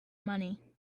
money